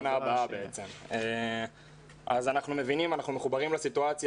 אנחנו מבינים, אנחנו מחוברים לסיטואציה.